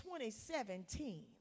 2017